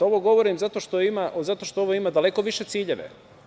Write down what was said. Ovo govorim zato što ovo ima daleko više ciljeve.